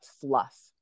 fluff